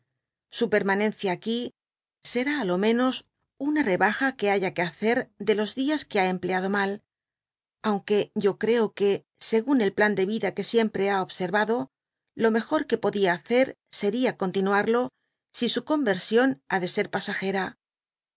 su permanencia aquí será á lo méao una t baja que haya que hacer de los dias que ha aapleado mal aunque yo cx que según el plan de vida que siempre ha observado lo mejor que podía hacer sería contitiuarlo isi su conversión ha de ser pasagera